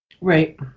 Right